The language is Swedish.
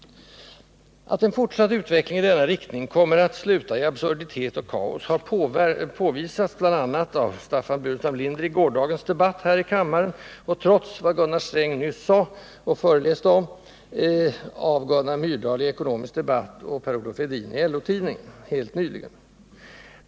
Att en fortsatt utveckling i denna riktning kommer att sluta i absurditet och kaos har påvisats av bl.a. Staffan Burenstam Linder i gårdagens debatt liksom av—trots vad Gunnar Sträng nyss föreläste om — Gunnar Myrdal i Ekonomisk Debatt och Per Olof Edin i LO-tidningen.